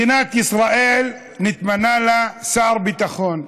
מדינת ישראל, נתמנה לה שר ביטחון,